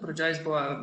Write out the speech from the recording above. pradžioj jis buvo